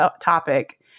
topic